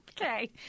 Okay